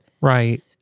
Right